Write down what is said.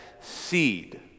seed